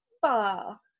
far